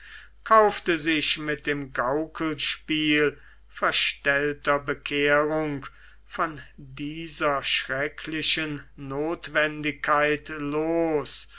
kaufte sich mit dem gaukelspiel verstellter bekehrung von dieser schrecklichen nothwendigkeit los